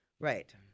Right